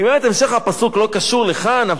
כי באמת המשך הפסוק לא קשור לכאן.